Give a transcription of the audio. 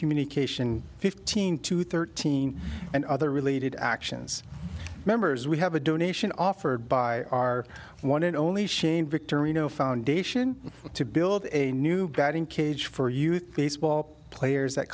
communication fifteen to thirteen and other related actions members we have a donation offered by our one and only shane victorino foundation to build a new batting cage for youth baseball players that